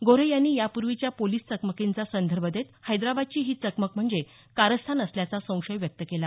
गोऱ्हे यांनी यापूर्वीच्या पोलिस चकमकींचा संदर्भ देत हैदराबादची ही चकमक म्हणजे कारस्थान असल्याचा संशय व्यक्त केला